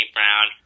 Brown